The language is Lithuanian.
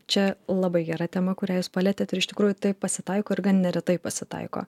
čia labai gera tema kurią jūs palietėt ir iš tikrųjų tai pasitaiko ir gan neretai pasitaiko